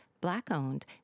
black-owned